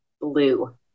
blue